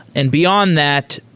and beyond that,